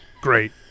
Great